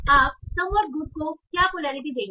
आप somewhat good को क्या पोलैरिटी देंगे